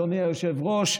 אדוני היושב-ראש,